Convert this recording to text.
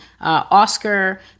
Oscar